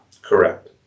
Correct